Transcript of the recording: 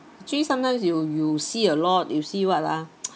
actually sometimes you you see a lot you see what ah